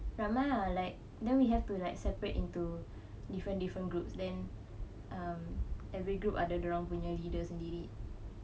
ramai like then we have to like separate into different different groups then um every group ada dia orang leader sendiri